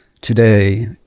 today